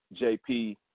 JP